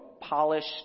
polished